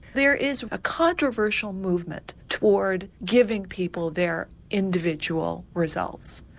there is a controversial movement toward giving people their individual results.